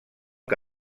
que